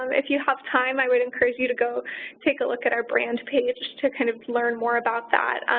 um if you have time, i would encourage you to go take a look at our brand page to kind of learn more about that.